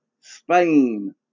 Spain